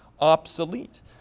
obsolete